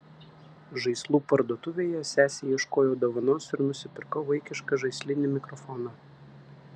žaislų parduotuvėje sesei ieškojau dovanos ir nusipirkau vaikišką žaislinį mikrofoną